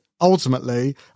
ultimately